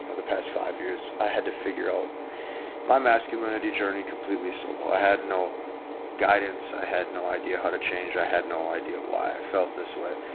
the past five years, i had to figure out my masculinity journey completely solo, i had no guidance. i had no idea how to change. i had no idea why i felt this way.